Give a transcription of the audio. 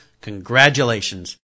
congratulations